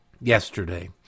yesterday